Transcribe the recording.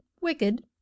wicked